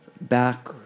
back